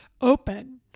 open